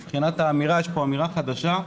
מבחינת האמירה יש פה אמירה חדשה.